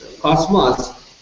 cosmos